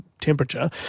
temperature